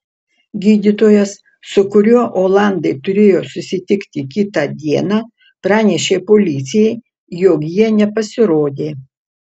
gydytojas su kuriuo olandai turėjo susitikti kitą dieną pranešė policijai jog jie nepasirodė